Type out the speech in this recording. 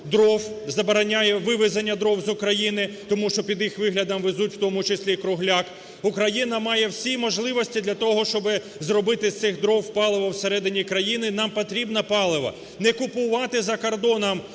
дров, забороняє вивезення дров з України, тому що під їх виглядом везуть, в тому числі, і кругляк. Україна має всі можливості для того, щоби зробити з цих дров паливо всередині країни. Нам потрібно паливо. Не купувати за кордоном